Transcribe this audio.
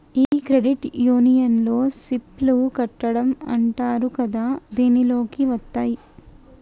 ఈ క్రెడిట్ యూనియన్లో సిప్ లు కట్టడం అంటారు కదా దీనిలోకి వత్తాయి